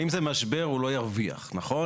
אם זה משבר, הוא לא ירוויח, נכון?